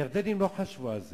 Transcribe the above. הירדנים לא חשבו על זה.